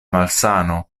malsano